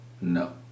No